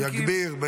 בדיוק, יגביר.